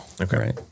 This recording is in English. okay